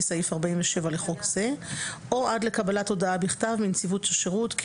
סעיף 47 לחוק זה או עד לקבלת הודעה בכתב מנציבות השירות כי